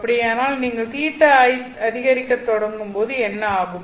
அப்படியானால் நீங்கள் θi ஐ அதிகரிக்கத் தொடங்கும்போது என்ன ஆகும்